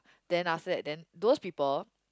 then after that then those people